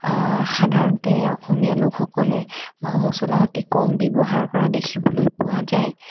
সাধাৰণতে অসমীয়া লোকসকলে মা মচলা অতি কম ব্যৱহাৰ কৰা দেখিবলৈ পোৱা যায়